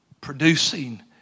producing